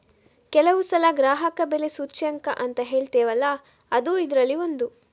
ಕೆಲವು ಸಲ ಗ್ರಾಹಕ ಬೆಲೆ ಸೂಚ್ಯಂಕ ಅಂತ ಹೇಳ್ತೇವಲ್ಲ ಅದೂ ಇದ್ರಲ್ಲಿ ಒಂದು